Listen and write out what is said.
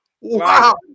wow